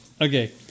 Okay